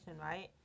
right